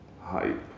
hype